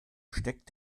steckt